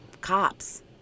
cops